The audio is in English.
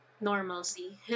normalcy